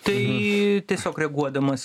tai tiesiog reaguodamas